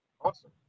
Awesome